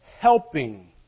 helping